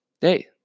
hey